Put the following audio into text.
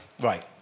Right